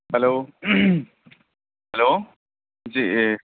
hello hello G